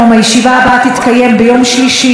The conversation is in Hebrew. הישיבה הבאה תתקיים ביום שלישי,